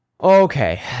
Okay